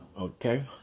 Okay